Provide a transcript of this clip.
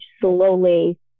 slowly